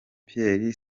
pierre